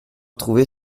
trouver